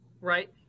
Right